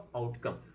outcome